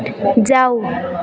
जाऊ